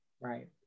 right